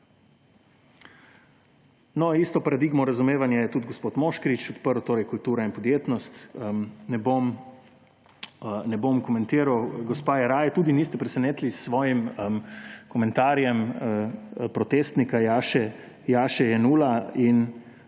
Isto paradigmo razumevanja je tudi gospod Moškrič odprl, torej kultura in podjetnost. Ne bom komentiral. Gospa Jeraj, tudi niste presenetili s svojim komentarjem protestnika Jaše Jenulla in